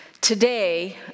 Today